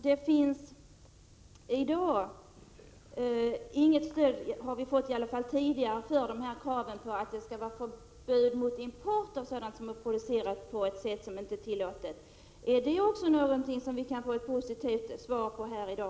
Hittills har vi inte fått något stöd för vårt krav på förbud mot att importera sådant som är producerat på ett sätt som inte är tillåtet i Sverige. Är detta någonting som vi kan få ett positivt besked om i dag?